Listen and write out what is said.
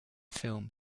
film